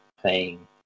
playing